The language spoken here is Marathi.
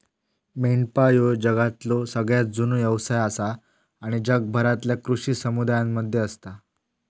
मेंढपाळ ह्यो जगातलो सगळ्यात जुनो व्यवसाय आसा आणि जगभरातल्या कृषी समुदायांमध्ये असता